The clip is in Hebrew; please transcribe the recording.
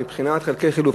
מבחינת חלקי חילוף,